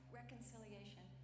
reconciliation